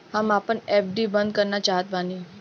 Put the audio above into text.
हम आपन एफ.डी बंद करना चाहत बानी